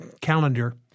calendar